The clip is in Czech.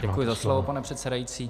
Děkuji za slovo, pane předsedající.